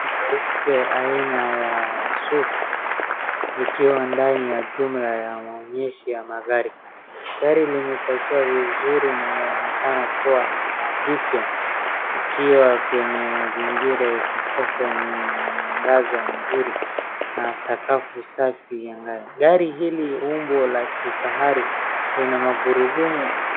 Gari nyeupe aina ya surf , likiwa ndani ya chumba ya maonyesho ya magari. Gari limetoshea vizuri na linaonekana kuwa jipya likiwa kwenye mazingira ya kisasa yenye mwangaza mzuri na sakafu safi ya ghali. Gari hili umbo la kifahari lina magurudumu.